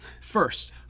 first